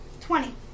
Twenty